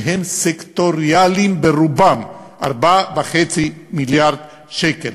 שהם סקטוריאליים ברובם: 4.5 מיליארד שקל.